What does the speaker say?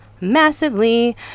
massively